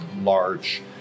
large